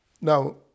Now